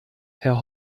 herr